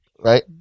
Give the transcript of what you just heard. Right